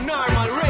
Normal